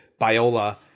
Biola